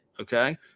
Okay